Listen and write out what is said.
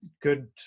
good